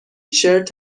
شرت